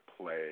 play